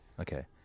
Okay